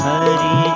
Hari